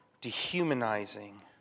dehumanizing